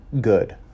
good